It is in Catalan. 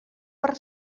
per